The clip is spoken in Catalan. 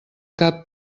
cap